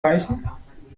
reichen